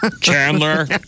Chandler